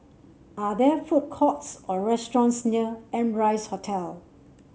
are there food courts or restaurants near Amrise Hotel